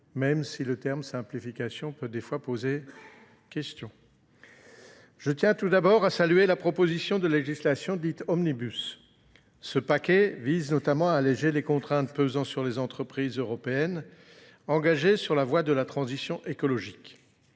même si le terme simplification peut des fois poser question. Je tiens tout d'abord à saluer la proposition de législation dite Omnibus. Ce paquet vise notamment à alléger les contraintes pesant sur les entreprises européennes engagées sur la voie de la transition écologique.